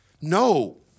No